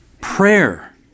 prayer